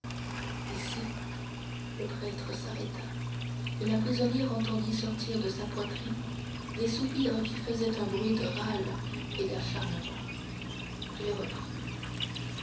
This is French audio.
ici le prêtre s'arrêta et la prisonnière entendit sortir de sa poitrine des soupirs qui faisaient un bruit de râle et d'arrachement il reprit